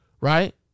right